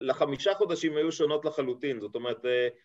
‫לחמישה חודשים היו שונות לחלוטין. ‫זאת אומרת...